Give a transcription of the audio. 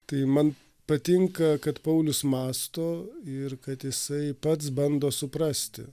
tai man patinka kad paulius mąsto ir kad jisai pats bando suprasti